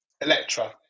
Electra